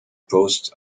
post